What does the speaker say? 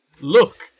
look